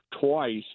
twice